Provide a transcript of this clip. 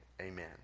amen